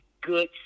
good